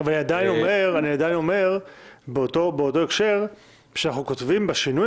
אבל אני עדיין אומר שאנחנו כותבים בשינוי